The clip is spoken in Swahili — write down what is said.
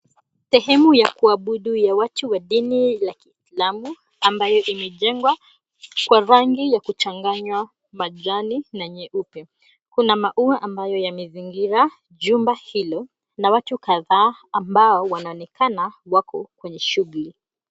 Sehemu ya kuabudu ya watu wa dini la kiislamu, ambayo imejengwa kwa rangi ya kuchanganywa, majani na nyeupe. Kuna maua ambayo yamezingira jumba hilo na watu kadhaa ambao wanaonekana wako kwenye shughuli.